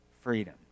freedom